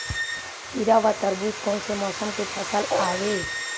खीरा व तरबुज कोन से मौसम के फसल आवेय?